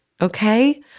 Okay